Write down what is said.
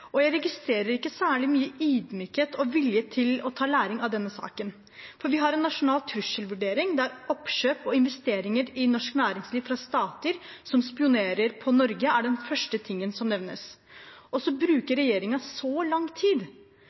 og jeg registrerer ikke særlig mye ydmykhet og vilje til å ta lærdom av denne saken, for vi har en nasjonal trusselvurdering der oppkjøp og investeringer i norsk næringsliv fra stater som spionerer på Norge, er den første tingen som nevnes, og så bruker regjeringen så lang tid.